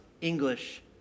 English